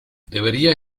debería